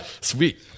Sweet